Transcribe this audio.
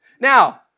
Now